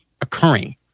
occurring